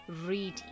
reading